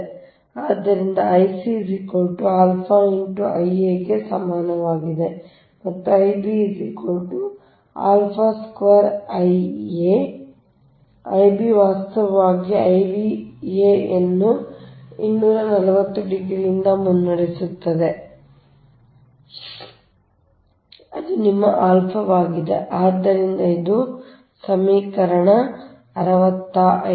ಆದ್ದರಿಂದ ಗೆ ಸಮಾನವಾಗಿದೆ ಮತ್ತು I b ವಾಸ್ತವವಾಗಿ Ia ಅನ್ನು 240 ಡಿಗ್ರಿಯಿಂದ ಮುನ್ನಡೆಸುತ್ತದೆ ಅದು ನಿಮ್ಮ ಆಲ್ಫಾ ವರ್ಗವಾಗಿದೆ ಆದ್ದರಿಂದ ಇದು ಸಮೀಕರಣ 65